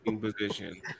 position